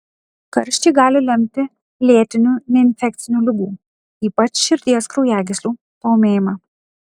karščiai gali lemti lėtinių neinfekcinių ligų ypač širdies kraujagyslių paūmėjimą